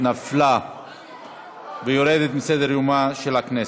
נפלה והיא יורדת מסדר-יומה של הכנסת.